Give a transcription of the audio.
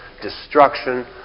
destruction